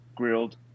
grilled